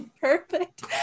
perfect